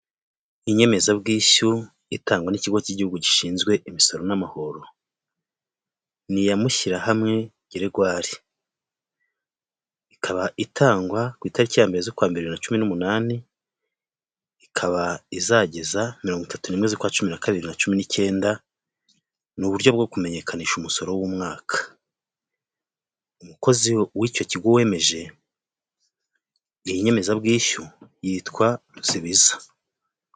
Inyemezabwishyu itangwa n'ikigo k'igihugu gishinzwe imisoro n'amahoro, ni iya Mushyirahamwe Gregory, ikaba igwa ku itariki ya mbere z'ukwambere bibiri na cumi n'umunani, ikaba izageza mirongo itatu n'imwe z'ukwa cumi na kabiri bibiri na cumi n'ikenda, ni uburyo bwo kumenyekanisha umusoro w'umwaka. Umukozi w'icyo kigo wemeje iyi nyemezabwishyu yitwa Rusibiza.